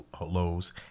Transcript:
lows